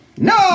No